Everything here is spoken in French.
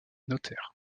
notaire